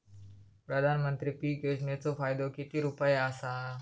पंतप्रधान पीक योजनेचो फायदो किती रुपये आसा?